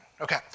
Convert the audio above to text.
Okay